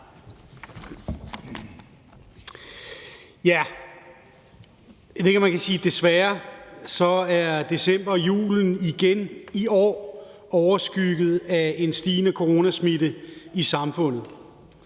Tak, formand. Desværre er december og julen igen i år overskygget af en stigende coronasmitte i samfundet.